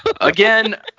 Again